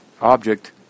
object